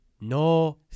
No